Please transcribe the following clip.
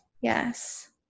Yes